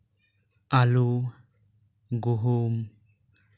ᱟᱞᱩ ᱜᱩᱦᱩᱢ